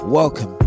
welcome